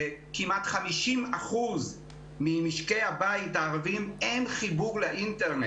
לכמעט 50% ממשקי הבית הערביים אין חיבור לאינטרנט.